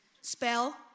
Spell